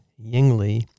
Yingli